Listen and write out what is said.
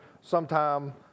sometime